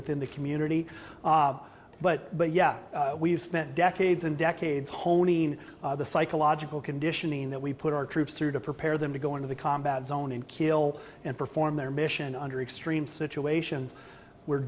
within the community but but yeah we've spent decades and decades honing the psychological conditioning that we put our troops through to prepare them to go into the combat zone and kill and perform their mission under extreme situations we're